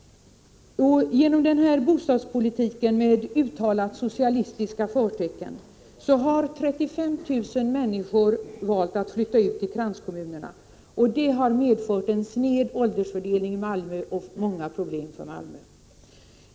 Genom denna bostadspolitik med uttalat socialistiska förtecken har 35 000 människor valt att flytta ut till kranskommunerna, och det har medfört en sned åldersfördelning och många andra problem i Malmö.